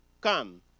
Come